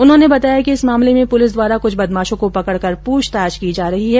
उन्होंने बताया कि इस मामले में पुलिस द्वारा कुछ बदमाशों को पकड़कर पूछताछ की जा रही है